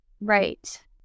Right